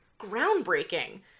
groundbreaking